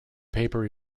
paper